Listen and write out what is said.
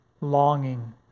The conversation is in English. longing